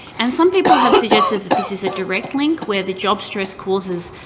and some people have suggested that this is a direct link, where the job stress causes